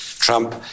Trump